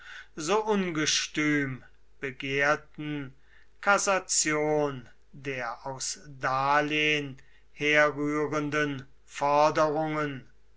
so ungestüm begehrten kassation der aus darlehen herrührenden forderungen